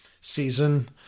season